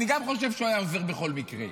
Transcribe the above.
אני גם חושב שהוא היה עובר בכל מקרה.